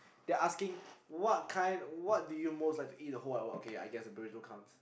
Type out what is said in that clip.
they're asking what kind what do you most like to in the whole wide world okay ya I guess a burrito counts